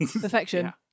Perfection